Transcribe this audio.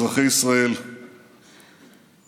אזרחי ישראל: תקשיבו,